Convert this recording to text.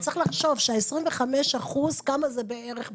צריך לחשוב שה-25%, כמה זה בערך בכסף?